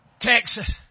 Texas